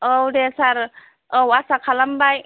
औ दे सार औ आसा खालामबाय